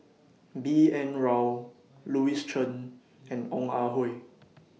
B N Rao Louis Chen and Ong Ah Hoi